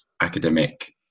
academic